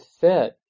fit